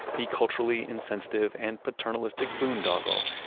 the culturally insensitive and paternalistic boondoggle,